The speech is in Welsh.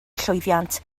llwyddiant